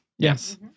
Yes